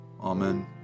Amen